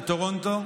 בטורונטו.